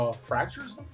fractures